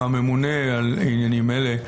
הממונה על העניינים האלה,